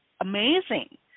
amazing